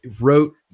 wrote